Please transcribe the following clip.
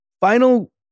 final